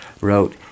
wrote